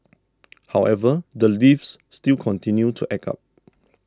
however the lifts still continue to act up